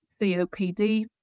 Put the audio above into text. COPD